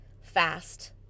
fast